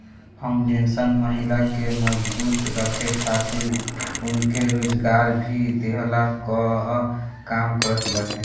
foundation महिला के मजबूत करे खातिर उनके रोजगार भी देहला कअ काम करत बाटे